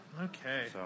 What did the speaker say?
Okay